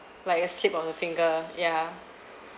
like a slip of the finger ya